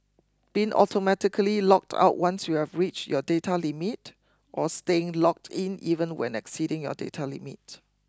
being automatically logged out once you've reached your data limit or staying logged in even when exceeding your data limit